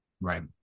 right